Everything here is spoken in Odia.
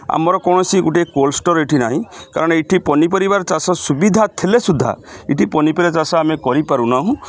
ଆମର କୌଣସି ଗୋଟେ କୋଲ୍ଡ୍ ଷ୍ଟୋର୍ ଏଠି ନାହିଁ କାରଣ ଏଠି ପନିପରିବାର ଚାଷ ସୁବିଧା ଥିଲେ ସୁଦ୍ଧା ଏଠି ପନିପରିବା ଚାଷ ଆମେ କରିପାରୁନାହୁଁ